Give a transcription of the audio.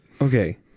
Okay